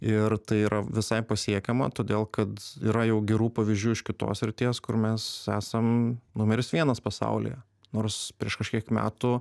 ir tai yra visai pasiekiama todėl kad yra jau gerų pavyzdžių iš kitos srities kur mes esam numeris vienas pasaulyje nors prieš kažkiek metų